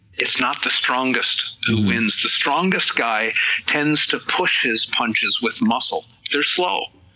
it's not the strongest two wins, the strongest guy tends to push his punches with muscle, their slow,